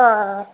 ആ ആ